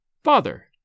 Father